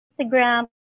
instagram